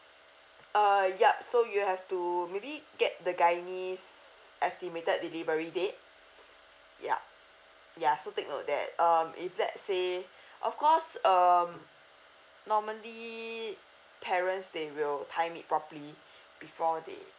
uh yup so you have to maybe get the guinness estimated delivery date yup yeah so take note that um if let say of course um normally parents they will time it properly before they